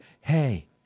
hey